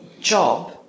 job